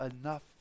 enough